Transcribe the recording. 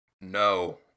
No